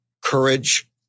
courage